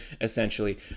essentially